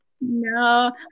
No